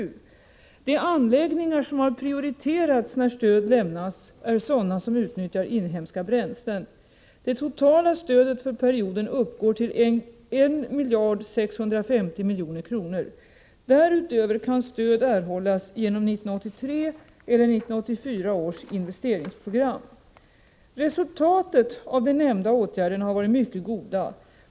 De anläggningar som har prioriterats när stöd lämnas är sådana som utnyttjar inhemska bränslen. Det totala stödet för perioden uppgår till 1 650 milj.kr. Därutöver kan stöd erhållas genom 1983 eller 1984 års investeringsprogram. Resultatet av de nämnda åtgärderna har varit mycket goda.